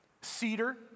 Cedar